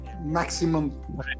maximum